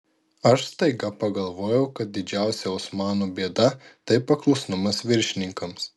aš staiga pagalvojau kad didžiausia osmanų bėda tai paklusnumas viršininkams